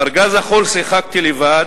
בארגז החול שיחקתי לבד,